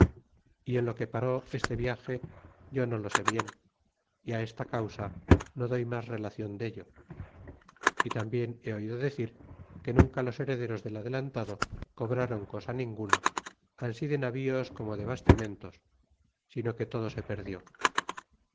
y en lo que paró este viage yo no lo sé bien y á esta causa no doy mas relacion dello y tambien he oido decir que nunca los herederos del adelantado cobrron cosa ninguna ansi de navíos como de bastimentos sino que todo se perdió